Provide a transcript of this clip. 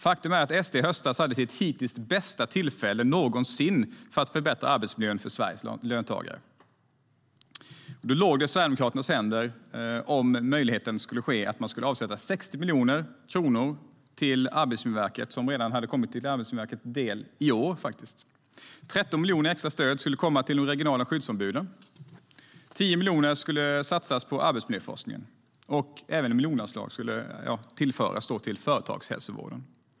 Faktum är att Sverigedemokraterna i höstas hade sitt hittills bästa tillfälle någonsin för att förbättra arbetsmiljön för Sveriges löntagare. Då låg det i Sverigedemokraternas händer om det skulle bli möjligt att avsätta 60 miljoner kronor till Arbetsmiljöverket, vilket skulle ha kommit Arbetsmiljöverket till del redan i år, 13 miljoner i extra stöd skulle ha gått till de regionala skyddsombuden, 10 miljoner skulle ha satsats på arbetsmiljöforskningen. Och miljonanslag skulle ha tillförts företagshälsovården.